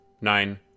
Nine